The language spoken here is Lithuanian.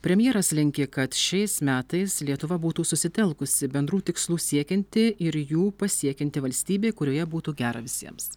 premjeras linki kad šiais metais lietuva būtų susitelkusi bendrų tikslų siekianti ir jų pasiekianti valstybė kurioje būtų gera visiems